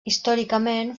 històricament